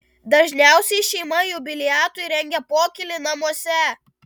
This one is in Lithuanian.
dažniausiai šeima jubiliatui rengia pokylį namuose